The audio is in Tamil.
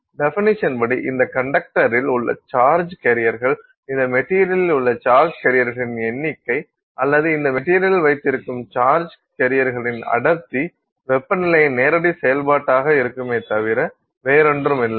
டெபனிசன் படி இந்த கண்டக்டரில் உள்ள சார்ஜ் கேரியர்கள் இந்த மெட்டீரியலில் உள்ள சார்ஜ் கேரியர்களின் எண்ணிக்கை அல்லது இந்த மெட்டீரியலில் வைத்திருக்கும் சார்ஜ் கேரியர்களின் அடர்த்தி வெப்பநிலையின் நேரடி செயல்பாடாக இருக்குமே தவிர வேறொன்றும் இல்லை